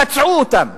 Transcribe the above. פצעו אותם.